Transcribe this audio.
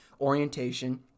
orientation